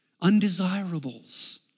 undesirables